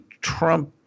Trump